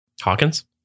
Hawkins